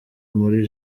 muri